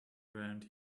around